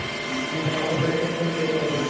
हमर खाता कैसे खुल जोताई?